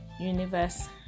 universe